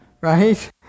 right